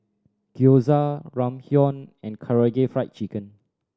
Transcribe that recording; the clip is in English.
Gyoza Ramyeon and Karaage Fried Chicken